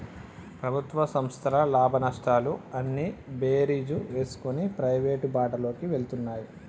ప్రభుత్వ సంస్థల లాభనష్టాలు అన్నీ బేరీజు వేసుకొని ప్రైవేటు బాటలోకి వెళ్తున్నాయి